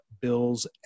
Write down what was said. Bills